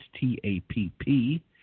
T-A-P-P